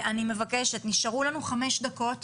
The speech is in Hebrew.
אני מבקשת, נשארו לנו 5 דקות